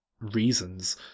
reasons